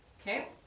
Okay